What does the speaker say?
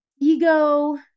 ego